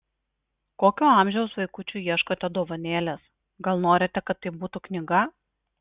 kokio amžiaus vaikučiui ieškote dovanėlės gal norite kad tai būtų knyga